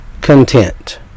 content